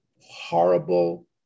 horrible